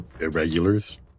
Irregulars